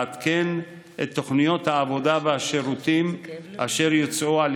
לעדכן את תוכניות העבודה והשירותים אשר יוצעו על